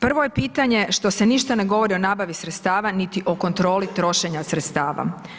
Prvo je pitanje što se ništa ne govori o nabavi sredstava, niti o kontroli trošenja sredstava.